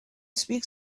speak